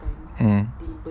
mm